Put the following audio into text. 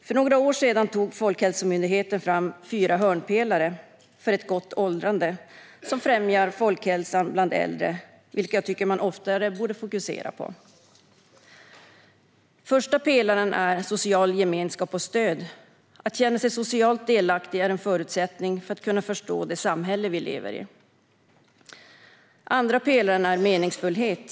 För några år sedan tog Folkhälsomyndigheten fram fyra hörnpelare för ett gott åldrande som främjar folkhälsan bland äldre, vilka jag tycker att man oftare borde fokusera på. Den första pelaren är social gemenskap och stöd. Att känna sig socialt delaktig är en förutsättning för att kunna förstå det samhälle vi lever i. Den andra pelaren är meningsfullhet.